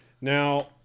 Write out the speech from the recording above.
Now